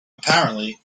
apparently